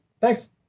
Thanks